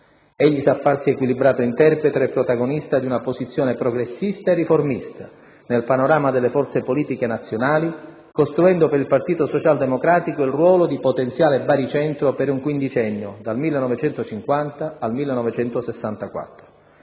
Egli sa farsi equilibrato interprete e protagonista di una posizione progressista e riformista nel panorama delle forze politiche nazionali, costruendo per il Partito socialdemocratico il ruolo di potenziale baricentro per un quindicennio, dal 1950 al 1964.